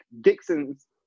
Dixon's